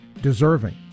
deserving